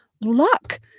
luck